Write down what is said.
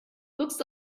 looks